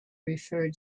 referred